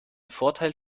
vorteil